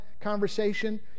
conversation